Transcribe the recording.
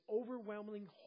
overwhelming